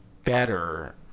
Better